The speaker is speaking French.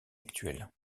actuelle